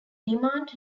demand